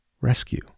rescue